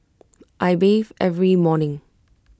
I bathe every morning